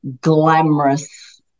glamorous